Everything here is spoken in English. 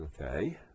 okay